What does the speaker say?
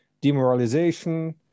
demoralization